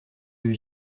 deux